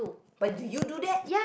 but do you do that